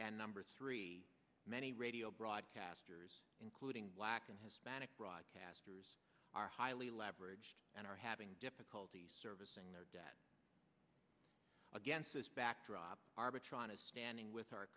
and number three many radio broadcasters including black and hispanic broadcasters are highly leveraged and are having difficulty servicing their debt against this backdrop arbitron is standing with our